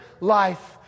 life